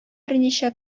берничә